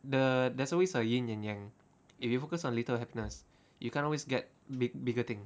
the there's always a yin and yang if you focus on little happiness you can't always get big bigger things